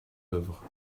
œuvre